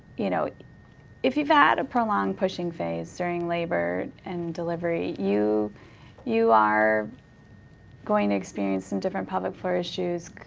you know if you've had a prolonged pushing phase during labor and delivery, you you are going to experience some different pelvic floor issues,